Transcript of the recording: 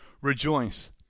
rejoice